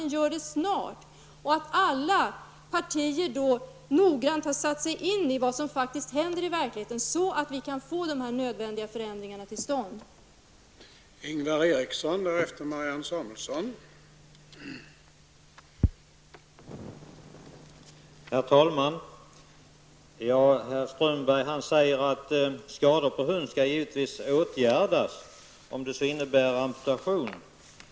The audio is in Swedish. Jag hoppas också att alla partier då noggrant har satt sig in i vad som händer i verkligheten så att de nödvändiga förändringarna kan komma till stånd.